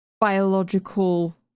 biological